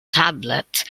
tablet